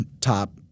top